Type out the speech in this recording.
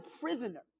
prisoner